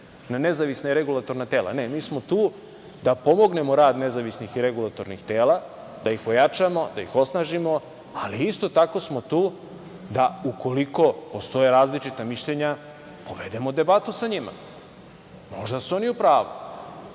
na nezavisna i regulatorna tela, ne. Mi smo tu da pomognemo rad nezavisnih i regulatornih tela, da ih ojačamo, da ih osnažimo, ali isto tako smo tu da ukoliko postoje različita mišljenja povedemo debatu sa njima. Možda su oni u pravu,